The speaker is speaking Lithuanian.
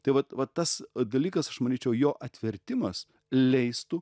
tai vat vat tas dalykas aš manyčiau jo atvertimas leistų